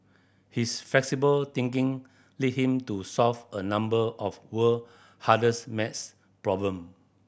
his flexible thinking lead him to solve a number of world hardest maths problems